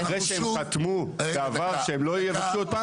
ביקשו אחרי שהם חתמו בעבר שהם לא יבקשו.